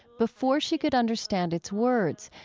before she could understand its words,